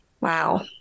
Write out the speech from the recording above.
wow